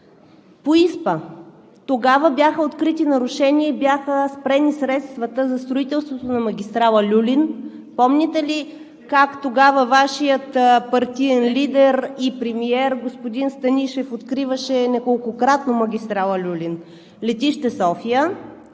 По ИСПА бяха открити нарушения и бяха спрени средствата за строителството на магистрала „Люлин“. Помните ли как тогава Вашият партиен лидер и премиер господин Станишев откриваше неколкократно магистрала „Люлин“, летище София